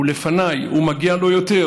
הוא לפניי, הוא, מגיע לו יותר.